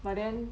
but then